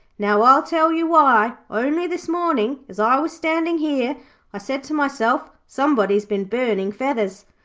now, i'll tell you why. only this morning, as i was standing here, i said to myself somebody's been burning feathers.